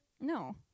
No